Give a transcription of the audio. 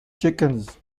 chickens